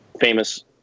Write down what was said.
famous